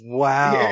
wow